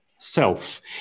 self